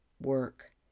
work